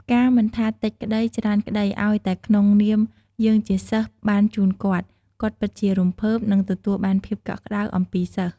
ផ្កាមិនថាតិចក្តីច្រើនក្តីឱ្យតែក្នុងនាមយើងជាសិស្សបានជូនគាត់ គាត់ពិតជារំភើប និងទទួលបានភាពកក់ក្តៅអំពីសិស្ស។